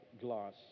glass